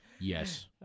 Yes